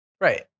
right